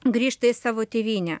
grįžta į savo tėvynę